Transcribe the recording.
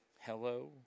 Hello